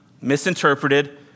misinterpreted